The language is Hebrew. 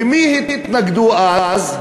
ומי התנגדו אז?